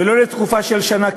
ולא לתקופה של שנה,